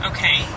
Okay